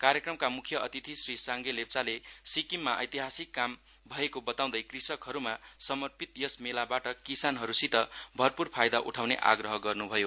कार्यक्रमका मुख्य अतिथि श्री साङ्गे लेप्चाले सिक्किममा एतिहासिक काम भएको बताँउदै कृषकहरूमा समर्पित यस मेलाबाट किसानहरूसित भरपूर फाइदा उठाउने आग्रह गर्नु भयो